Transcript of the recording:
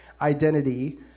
identity